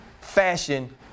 fashion